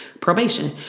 probation